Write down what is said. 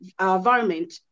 environment